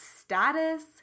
status